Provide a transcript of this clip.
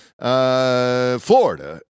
florida